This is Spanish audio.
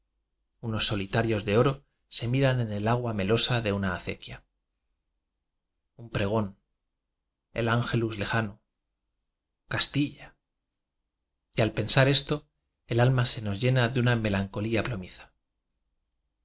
unos solitarios de oro se miran en el agua melosa de una acequia un pre gón el ángelus lejano castilla y al pensar esto el alma se nos llena de una me lancolía plomiza